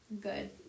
Good